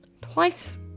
twice